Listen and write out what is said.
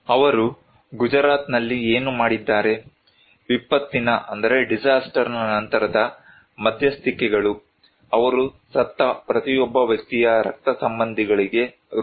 ಅವರು ಗುಜರಾತ್ನಲ್ಲಿ ಏನು ಮಾಡಿದ್ದಾರೆ ವಿಪತ್ತಿನ ನಂತರದ ಮಧ್ಯಸ್ಥಿಕೆಗಳು ಅವರು ಸತ್ತ ಪ್ರತಿಯೊಬ್ಬ ವ್ಯಕ್ತಿಯ ರಕ್ತಸಂಬಂಧಿಗಳಿಗೆ ರೂ